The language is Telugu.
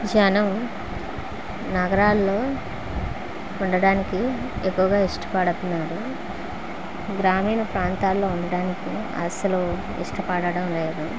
జనం నగరాలలో ఉండడానికి ఎక్కువగా ఇష్టపడుతున్నారు గ్రామీణ ప్రాంతాలలో ఉండడానికి అసలు ఇష్టపడడం లేదు